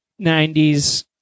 90s